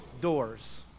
doors